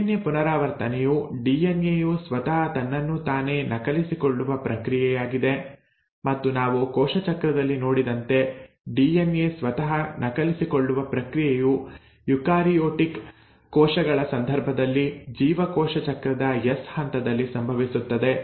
DNA ಪುನರಾವರ್ತನೆಯು DNA ಯು ಸ್ವತಃ ತನ್ನನ್ನು ತಾನೇ ನಕಲಿಸಿಕೊಳ್ಳುವ ಪ್ರಕ್ರಿಯೆಯಾಗಿದೆ ಮತ್ತು ನಾವು ಕೋಶ ಚಕ್ರದಲ್ಲಿ ನೋಡಿದಂತೆ ಡಿಎನ್ಎ ಸ್ವತಃ ನಕಲಿಸಿಕೊಳ್ಳುವ ಪ್ರಕ್ರಿಯೆಯು ಯುಕಾರಿಯೋಟಿಕ್ ಕೋಶಗಳ ಸಂದರ್ಭದಲ್ಲಿ ಜೀವಕೋಶ ಚಕ್ರದ ಎಸ್ ಹಂತದಲ್ಲಿ ಸಂಭವಿಸುತ್ತದೆ